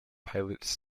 pilots